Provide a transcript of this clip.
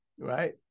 right